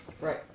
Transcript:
Right